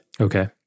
Okay